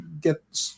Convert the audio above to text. get